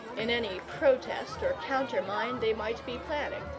in any protest or countermine they might be planning.